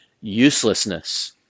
uselessness